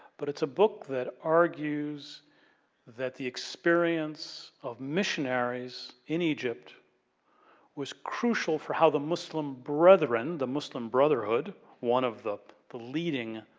but, it's a book that argues that the experience of missionaries in egypt was crucial for how the muslim brethren, the muslim brotherhood, one of the the leading